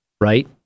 right